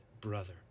brother